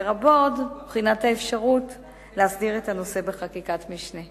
לרבות בחינת האפשרות להסדיר את הנושא בחקיקת משנה,